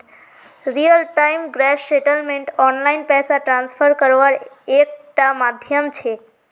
real time gross settlement online पैसा transfer कारवार एक टा माध्यम छे